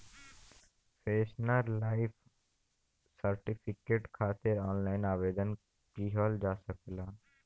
pensioner life certificate खातिर online आवेदन किहल जा सकला